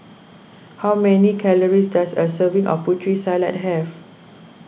how many calories does a serving of Putri Salad have